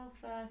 first